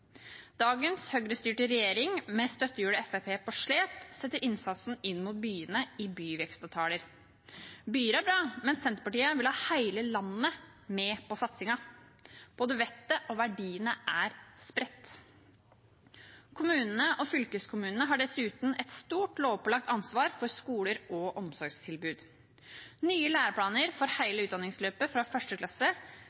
Dagens Høyre-styrte regjering, med støttehjulet Fremskrittspartiet på slep, setter innsatsen inn mot byene i byvekstavtaler. Byer er bra, men Senterpartiet vil ha hele landet med på satsingen. Både vettet og verdiene er spredt. Kommunene og fylkeskommunene har dessuten et stort lovpålagt ansvar for skoler og omsorgstilbud. Nye læreplaner for